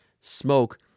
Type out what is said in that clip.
smoke